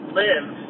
live